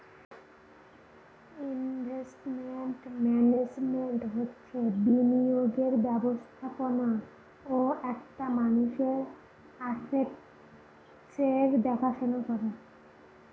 investment management হচ্ছে বিনিয়োগের ব্যবস্থাপনা ও একটা মানুষের আসেটসের দেখাশোনা করা